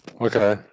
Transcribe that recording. Okay